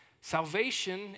Salvation